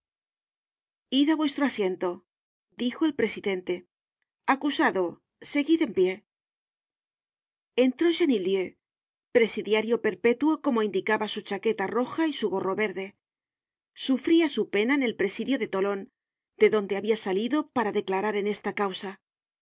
á vuestro asiento dijo el presidente acusado seguid en pie entró chenieldieu presidiario perpétuo como indicaba su chaqueta roja y su gorro verde sufría su pena en el presidio de toton de donde habia salido para declarar en esta causa